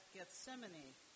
Gethsemane